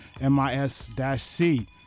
M-I-S-C